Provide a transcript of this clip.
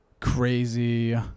crazy